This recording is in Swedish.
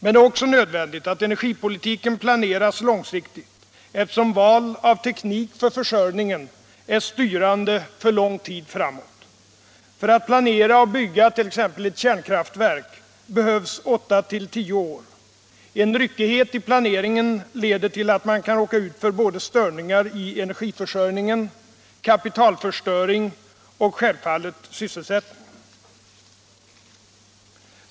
Men det är också nödvändigt att energipolitiken planeras långsiktigt, eftersom val av teknik för försörjningen är styrande för lång tid framåt. För att planera och bygga t.ex. ett kärnkraftverk behövs åtta tio år. En ryckighet i planeringen leder till att man kan råka ut för störningar i energiförsörjningen, kapitalförstöring och självfallet svårigheter med sysselsättningen.